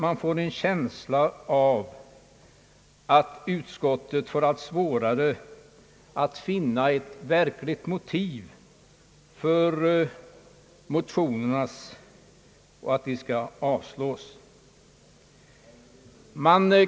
Man har en känsla av att utskottet får allt svårare att finna ett verkligt motiv för sitt yrkande om avslag på mo tionerna.